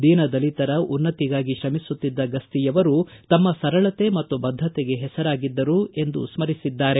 ದೀನ ದಲಿತರ ಉನ್ನತಿಗಾಗಿ ಶ್ರಮಿಸುತ್ತಿದ್ದ ಗಸ್ತಿಯವರು ತಮ್ಮ ಸರಳತೆ ಮತ್ತು ಬದ್ದತೆಗೆ ಹೆಸರಾಗಿದ್ದರು ಎಂದು ಸ್ಪರಿಸಿದ್ದಾರೆ